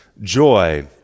joy